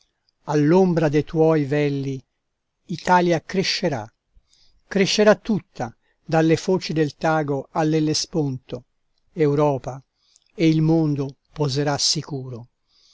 all'ombra de tuoi velli italia crescerà crescerà tutta dalle foci del tago all'ellesponto europa e il mondo poserà sicuro